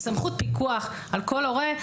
סמכות פיקוח על כל הורה,